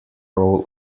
roll